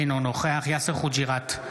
אינו נוכח יאסר חוג'יראת,